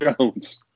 Jones